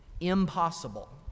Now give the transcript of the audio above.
Impossible